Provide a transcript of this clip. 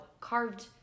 carved –